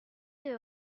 des